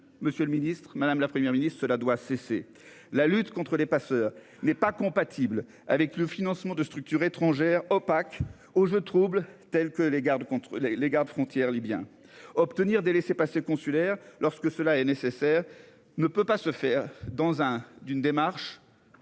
Monsieur le Ministre, madame, la Première ministre. Cela doit cesser. La lutte contre les passeurs n'est pas compatible avec le financement de structures étrangères opaque au jeu trouble tels que les garde contre les les gardes frontière libyen obtenir des laissez-passer consulaires lorsque cela est nécessaire, ne peut pas se faire dans un d'une démarche.